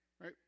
right